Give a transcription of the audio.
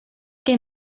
que